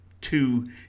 two